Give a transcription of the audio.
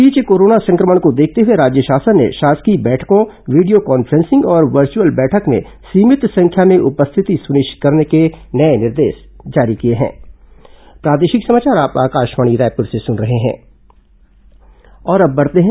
इस बीच कोरोना संक्रमण को देखते हुए राज्य शासन ने शासकीय बैठकों वीडियो कॉन्फ्रेंसिंग और वर्चुअल बैठक में सीमित संख्या में उपस्थिति सुनिश्चित करने नए दिशा निर्देश जारी किए हैं